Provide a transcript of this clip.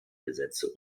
gesetze